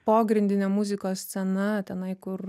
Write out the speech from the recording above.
pogrindinė muzikos scena tenai kur